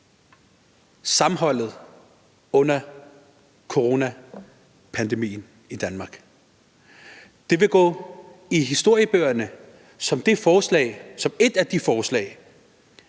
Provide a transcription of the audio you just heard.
sammenholdet under coronapandemien i Danmark. Det vil skrive sig ind i historiebøgerne som et af de forslag,